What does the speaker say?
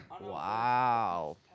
Wow